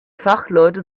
fachleute